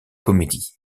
comédie